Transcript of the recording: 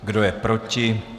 Kdo je proti?